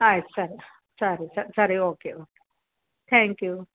ಆಯ್ತು ಸರಿ ಸರಿ ಸರ್ ಸರಿ ಓಕೆ ಓಕ್ ತ್ಯಾಂಕ್ ಯು